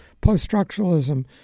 post-structuralism